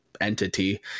entity